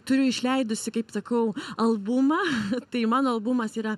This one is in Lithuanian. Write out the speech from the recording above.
turiu išleidusi kaip sakau albumą tai mano albumas yra